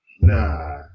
Nah